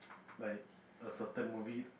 like a certain movie